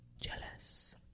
Jealous